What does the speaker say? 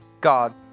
God